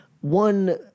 One